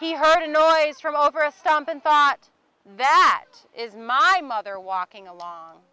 he heard a noise from over a stump and thought that is my mother walking along